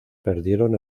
perdieron